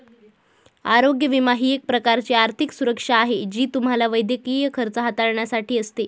आरोग्य विमा ही एक प्रकारची आर्थिक सुरक्षा आहे जी तुम्हाला वैद्यकीय खर्च हाताळण्यासाठी असते